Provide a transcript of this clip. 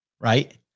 right